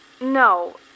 no